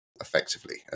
effectively